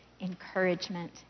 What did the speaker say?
encouragement